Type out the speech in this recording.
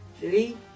three